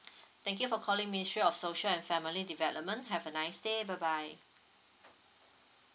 thank you for calling ministry of social and family development have a nice day bye bye